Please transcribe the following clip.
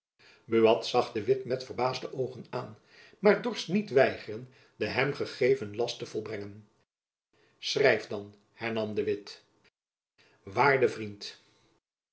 buat zag de witt met verbaasde oogen aan maar dorst niet weigeren den hem gegeven last te volbrengen schrijf hernam de witt waarde vriend